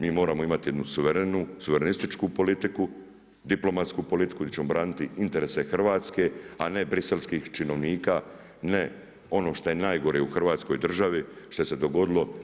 Mi moramo imati jednu suverenističku politiku, diplomatsku politiku di ćemo braniti interese hrvatske a ne briselskih činovnika, ne ono što je najgore u Hrvatskoj državi što se dogodilo.